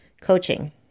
coaching